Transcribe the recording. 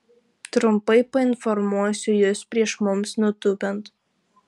trumpai painformuosiu jus prieš mums nutūpiant